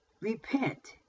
repent